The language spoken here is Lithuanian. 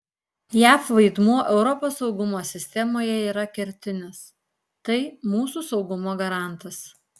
jav vaidmuo europos saugumo sistemoje yra kertinis tai mūsų saugumo garantas